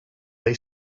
they